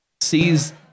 Sees